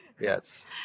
Yes